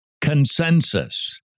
consensus